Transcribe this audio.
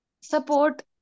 support